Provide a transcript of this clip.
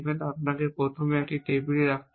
আপনাকে প্রথমে একটি টেবিলে রাখতে হবে